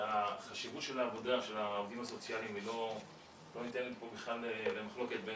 החשיבות של העובדים הסוציאליות לא נמצאת במחלוקת.